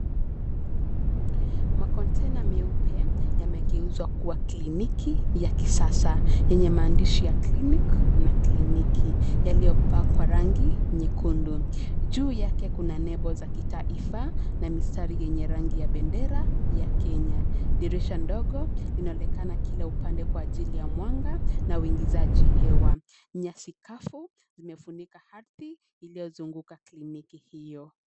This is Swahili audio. Makontena meupe yamegeuzwa kuwa kliniki ya kisasa yenye maandishi ya clinic na kliniki, yaliyopakwa rangi nyekundu. Juu yake kuna nembo za kitaifa na mistari yenye rangi ya bendera ya Kenya. Dirisha ndogo linaonekana kila upande kwa ajili ya mwanga na uingizaji hewa. Nyasi kavu zimefunika ardhi iliyozunguka kliniki hiyo.